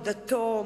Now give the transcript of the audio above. דתו,